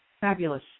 Fabulous